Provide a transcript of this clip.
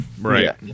Right